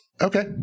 Okay